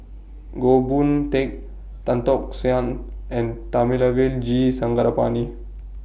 Goh Boon Teck Tan Tock San and Thamizhavel G Sarangapani